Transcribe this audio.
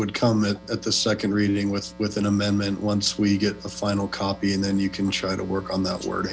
would come at the second reading with with an amendment once we get a final copy and then you can try to work on that word